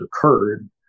occurred